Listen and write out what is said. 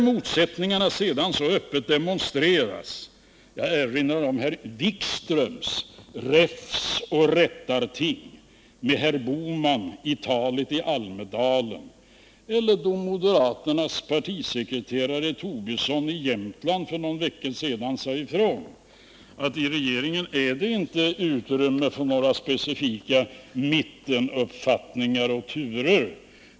Motsättningarna demonstreras ju så öppet. Jag erinrar om när herr Wikström höll räfstoch rättarting med herr Bohman i talet i Almedalen och om då moderaternas partisekreterare Lars Tobisson i Jämtland för någon vecka sedan sade ifrån att i regeringen är det inte utrymme för några specifika mittenuppfattningar och turer.